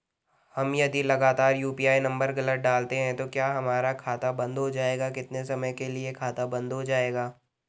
हम यदि लगातार यु.पी.आई नम्बर गलत डालते हैं तो क्या हमारा खाता बन्द हो जाएगा कितने समय के लिए खाता बन्द हो जाएगा?